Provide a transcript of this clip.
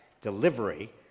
delivery